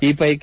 ಈ ಪೈಕಿ